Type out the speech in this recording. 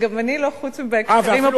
גם אני לא, חוץ מבהקשרים הפוליטיים.